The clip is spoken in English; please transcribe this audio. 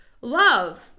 love